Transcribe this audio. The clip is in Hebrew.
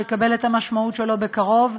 שיקבל את המשמעות שלו בקרוב.